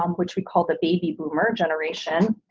um which we call the baby boomer generation,